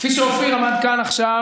כפי שאופיר עמד כאן עכשיו,